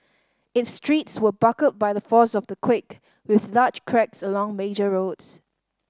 its streets were buckled by the force of the quake with large cracks along major roads